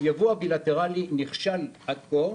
הייבוא הבילטראלי נכשל עד כה,